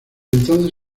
entonces